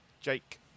Jake